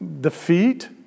defeat